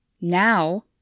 Now